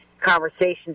conversations